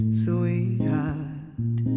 sweetheart